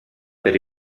per